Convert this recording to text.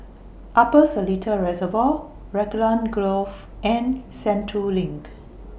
Upper Seletar Reservoir Raglan Grove and Sentul LINK